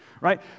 right